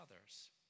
others